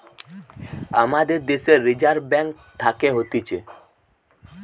আমাদের দ্যাশের reserve bank থাকে হতিছে